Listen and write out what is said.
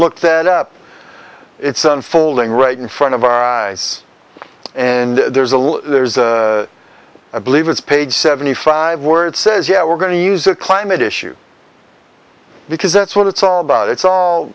look that up it's unfolding right in front of our eyes and there's a little there's a believe it's page seventy five words says yeah we're going to use a climate issue because that's what it's all about it's all